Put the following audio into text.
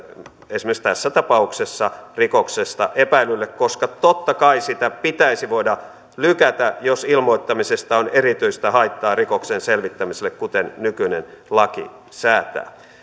esimerkiksi tässä tapauksessa rikoksesta epäillylle koska totta kai sitä pitäisi voida lykätä jos ilmoittamisesta on erityistä haittaa rikoksen selvittämiselle kuten nykyinen laki säätää